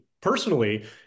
personally